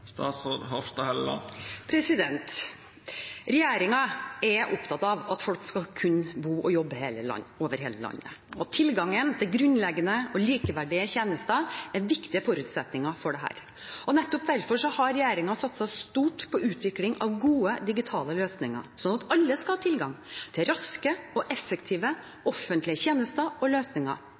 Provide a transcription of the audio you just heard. er opptatt av at folk skal kunne bo og jobbe over hele landet. Tilgang til grunnleggende og likeverdige tjenester er en viktig forutsetning for dette. Nettopp derfor har regjeringen satset stort på utvikling av gode digitale løsninger, slik at alle skal ha tilgang til raske og effektive offentlige tjenester og løsninger.